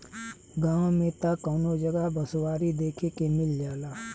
गांव में त कवनो जगह बँसवारी देखे के मिल जाला